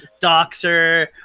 doxxer,